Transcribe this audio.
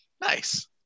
Nice